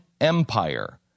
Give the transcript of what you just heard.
Empire